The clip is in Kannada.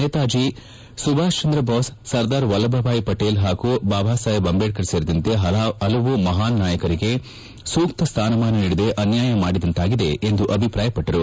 ನೇತಾಜಿ ಸುಭಾಷ್ಚಂದ್ರ ಬೋಸ್ ಸರ್ದಾರ್ ವಲ್ಲಭಬಾಯಿ ಪಟೇಲ್ ಹಾಗೂ ಬಾಬಾ ಸಾಹೇಬ್ ಅಂಬೇಡ್ತರ್ ಸೇರಿದಂತೆ ಪಲವು ಮಹಾನ್ ನಾಯಕರಿಗೆ ಸೂಕ್ತ ಸ್ಲಾನಮಾನ ನೀಡದೆ ಅನ್ನಾಯ ಮಾಡಿದಂತಾಗಿದೆ ಎಂದು ಅಭಿಪ್ರಾಯಪಟ್ಟರು